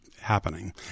happening